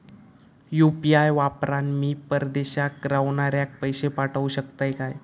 UPI वापरान मी परदेशाक रव्हनाऱ्याक पैशे पाठवु शकतय काय?